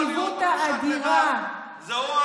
שכל כך באמת לא חושש להפגין את הצדדים האלה באישיותך,